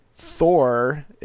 thor